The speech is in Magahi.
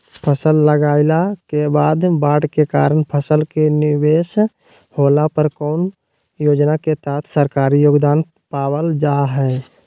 फसल लगाईला के बाद बाढ़ के कारण फसल के निवेस होला पर कौन योजना के तहत सरकारी योगदान पाबल जा हय?